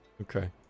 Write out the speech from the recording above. Okay